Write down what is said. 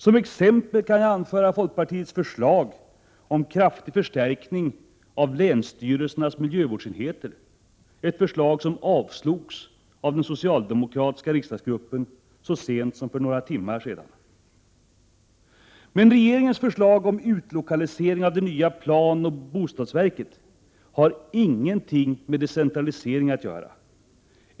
Som exempel kan jag anföra folkpartiets förslag om en kraftig förstärkning av länsstyrelsernas miljövårdsenheter, ett förslag som avslogs av den socialdemokratiska riksdagsgruppen så sent som för några timmar sedan. Men regeringens förslag om utlokalisering av det nya planoch bostadsverket har ingenting med decentralisering att göra.